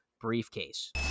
briefcase